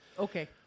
Okay